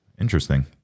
Interesting